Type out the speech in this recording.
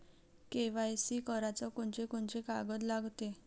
KYC कराच कोनचे कोनचे कागद लागते?